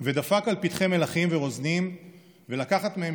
ודפק על פתחי מלכים ורוזנים לקחת מהם